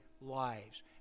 lives